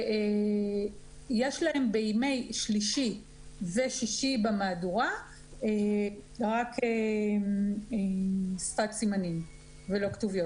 ויש להם בימי שלישי ושישי במהדורה רק שפת סימנים ולא כתוביות.